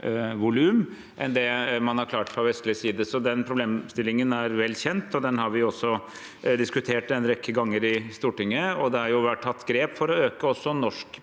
enn det man har klart fra vestlig side. Den problemstillingen er vel kjent, og den har vi også diskutert en rekke ganger i Stortinget. Det har vært tatt grep for å øke også